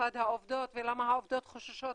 ובמיוחד העובדות ולמה העובדות חוששות